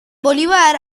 bolívar